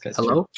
Hello